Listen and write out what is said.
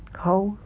how